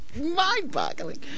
mind-boggling